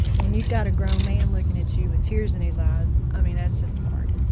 and when you've got a grown man looking at you with tears in his eyes, i mean, that's just hard.